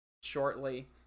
shortly